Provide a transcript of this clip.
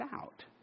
out